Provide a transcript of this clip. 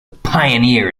pioneer